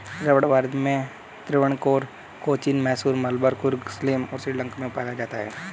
रबड़ भारत के त्रावणकोर, कोचीन, मैसूर, मलाबार, कुर्ग, सलेम और श्रीलंका में उगाया जाता है